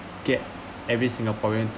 get every singaporean